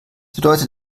bedeutet